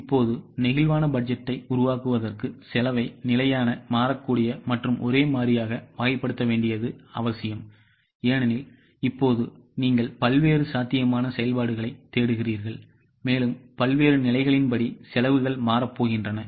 இப்போது நெகிழ்வான பட்ஜெட்டை உருவாக்குவதற்கு செலவை நிலையான மாறக்கூடிய மற்றும் ஒரே மாறியாக வகைப்படுத்த வேண்டியது அவசியம் ஏனெனில் இப்போது நீங்கள் பல்வேறு சாத்தியமான செயல்பாடுகளைத் தேடுகிறீர்கள் மேலும் பல்வேறு நிலைகளின் படி செலவுகள் மாறப்போகின்றன